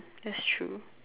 that's true